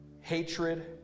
Hatred